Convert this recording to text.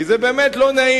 כי זה באמת לא נעים.